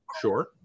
Sure